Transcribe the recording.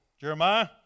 Jeremiah